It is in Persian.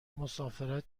مسافرت